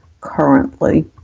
currently